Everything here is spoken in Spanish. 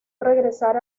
regresar